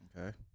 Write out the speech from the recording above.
Okay